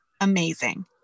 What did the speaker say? amazing